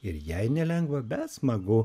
ir jai nelengva bet smagu